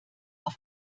auf